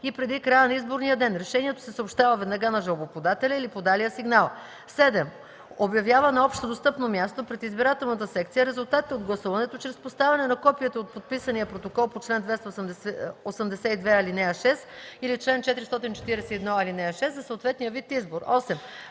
и преди края на изборния ден; решението се съобщава веднага на жалбоподателя или подалия сигнала; 7. обявява на общодостъпно място пред избирателната секция резултатите от гласуването чрез поставяне на копието от подписания протокол по чл. 282, ал. 6 или чл. 441, ал. 6 за съответния вид избор; 8.